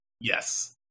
Yes